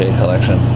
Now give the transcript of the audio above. collection